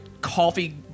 coffee